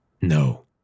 No